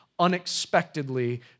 unexpectedly